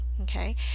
okay